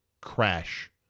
crash